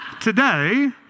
today